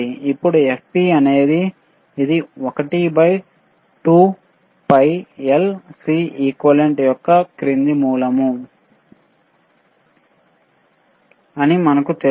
ఇప్పుడు fp అనేది ఇది 1 by 2 pi LCequalent యొక్క కింద మూలం అని మనకు తెలుసు